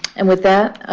and with that,